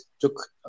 took